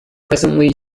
presently